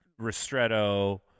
ristretto